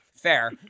fair